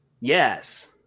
Yes